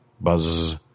buzz